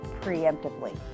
preemptively